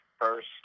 first